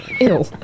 Ew